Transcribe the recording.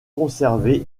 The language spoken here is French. conservé